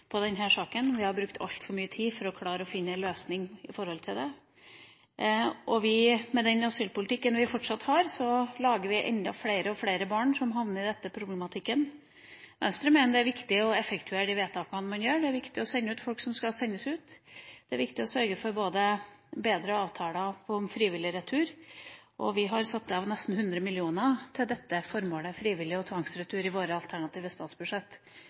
har brukt altfor mye tid på å klare å finne en løsning på den. Og med den asylpolitikken vi fortsatt har, får vi enda flere barn som havner i denne problematikken. Venstre mener at det er viktig å effektuere de vedtakene man gjør. Det er viktig å sende ut folk som skal sendes ut. Det er viktig å sørge for bedre avtaler om frivillig retur. Vi har satt av nesten 100 mill. kr til dette formålet, frivillig retur og tvangsretur, i våre alternative statsbudsjett